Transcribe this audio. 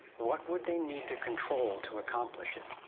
what would they need to control, to accomplish it?